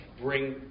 bring